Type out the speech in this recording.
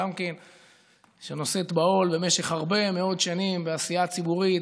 שגם כן שנושאת בעול במשך הרבה מאוד שנים בעשייה ציבורית,